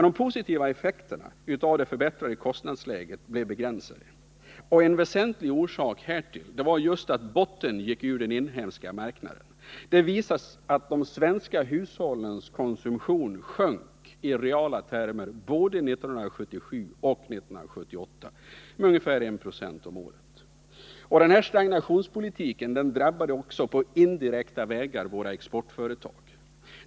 De positiva effekterna av det förbättrade kostnadsläget blev emellertid begränsade. En väsentlig orsak härtill var just att botten gick ur den inhemska marknaden. Det visas av att de svenska hushållens konsumtion både under 1977 och 1978 i reala termer sjönk med ungefär 1 20 om året. Denna stagnationspolitik drabbade också på indirekta vägar våra exportföretag.